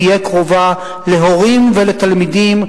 תהיה קרובה להורים ולתלמידים,